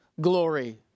glory